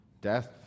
Death